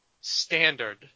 standard